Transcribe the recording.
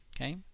Okay